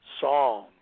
song